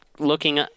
Looking